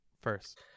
first